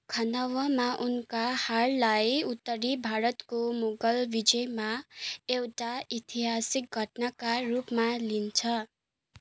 खानवामा उनका हारलाई उत्तरी भारतको मुगल विजयमा एउटा ऐतिहासिक घटनाका रूपमा लिइन्छ